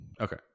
Okay